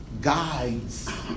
guides